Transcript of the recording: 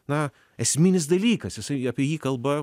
na esminis dalykas jisai apie jį kalba